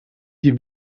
die